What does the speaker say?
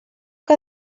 que